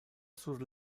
sur